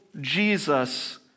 Jesus